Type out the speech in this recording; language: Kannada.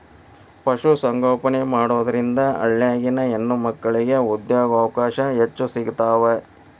ಪಶು ಸಂಗೋಪನೆ ಮಾಡೋದ್ರಿಂದ ಹಳ್ಳ್ಯಾಗಿನ ಹೆಣ್ಣಮಕ್ಕಳಿಗೆ ಉದ್ಯೋಗಾವಕಾಶ ಹೆಚ್ಚ್ ಸಿಗ್ತಾವ